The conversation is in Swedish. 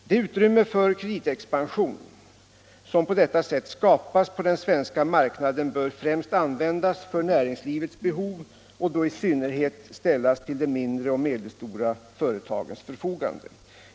Det utrymme för kreditexpansion som på detta sätt skapas på den svenska marknaden bör främst användas för näringslivets behov och då i synnerhet ställas till de mindre och medelstora företagens förfogande.